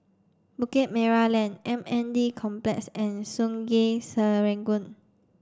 Bukit Merah Lane M N D Complex and Sungei Serangoon